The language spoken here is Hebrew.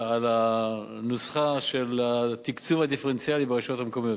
על הנוסחה של התקצוב הדיפרנציאלי ברשויות המקומיות.